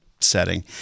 setting